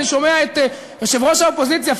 אני שומע את יושב-ראש האופוזיציה,